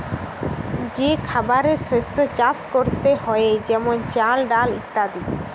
যে খাবারের শস্য চাষ করতে হয়ে যেমন চাল, ডাল ইত্যাদি